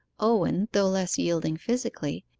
owen, though less yielding physically,